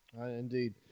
Indeed